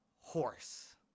horse